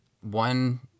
One